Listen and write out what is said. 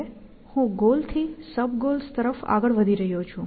હવે હું ગોલ થી સબ ગોલ્સ તરફ આગળ વધી રહ્યો છું